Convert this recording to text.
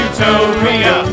Utopia